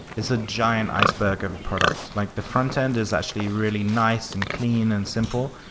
it's a giant ice burg of a product. like the frontend is actually really nice and clean and simple.